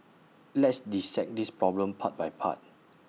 let's dissect this problem part by part